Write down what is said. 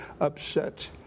upset